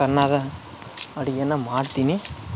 ತರ್ನಾದ ಅಡಿಗೆನ ಮಾಡ್ತೀನಿ